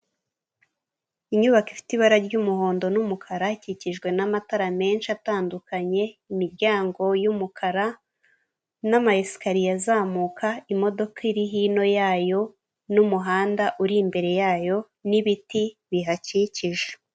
Inyubako ifite ibara ry'umuhondo n'umukara, ikikijwe n'amatara menshi atandukanye, imiryango y'umukara n'amayesikariye azamuka, imodoka iri hino yayo n'umuhanda uri imbere yayo n'ibiti bihakikije.